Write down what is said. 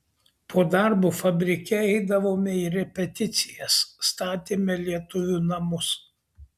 po darbo fabrike eidavome į repeticijas statėme lietuvių namus